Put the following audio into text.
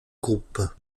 groupe